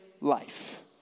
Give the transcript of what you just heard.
life